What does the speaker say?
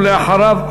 ולאחריו,